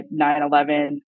9-11